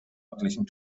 örtlichen